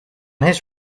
his